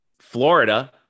Florida